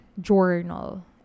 journal